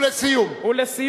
ולסיום.